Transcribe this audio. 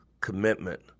commitment